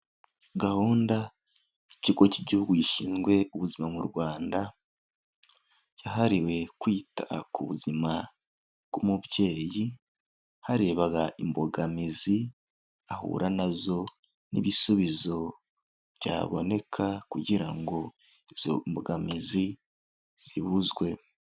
Gahunda y'Ikigo cy'Igihugu Gishinzwe Ubuzima mu Rwanda, cyahariwe kwita ku buzima bw'umubyeyi, harebwa imbogamizi ahura na zo n'ibisubizo byaboneka kugira ngo izo mbogamizi zibuzwe.